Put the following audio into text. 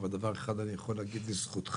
אבל דבר אחד אני יכול להגיד לזכותך